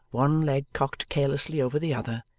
one leg cocked carelessly over the other,